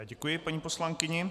Děkuji paní poslankyni.